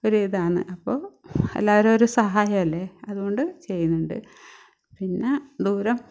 ഒരു ഇതാണ് അപ്പോൾ എല്ലാരോരോ സഹായമല്ലേ അതുകൊണ്ട് ചെയ്യുന്നുണ്ട് പിന്നെ ദൂരം